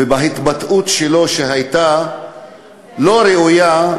לגבי ההתבטאות שלו, שהייתה לא ראויה,